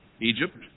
Egypt